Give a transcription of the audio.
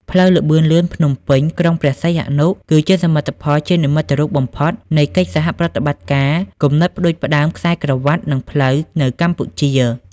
ផ្លូវល្បឿនលឿនភ្នំពេញ-ក្រុងព្រះសីហនុ គឺជាសមិទ្ធផលជានិមិត្តរូបបំផុតនៃកិច្ចសហប្រតិបត្តិការ គំនិតផ្ដួចផ្ដើមខ្សែក្រវាត់ និងផ្លូវ នៅកម្ពុជា។